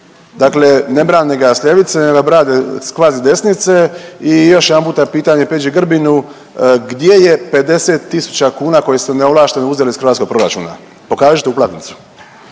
Dakle, ne brane ga sa ljevice nego ga brane sa kvazi desnice. I još jedanputa pitanje Peđi Grbinu gdje je 50000 kuna koje ste neovlašteno uzeli iz hrvatskog proračuna? Pokažite uplatnicu.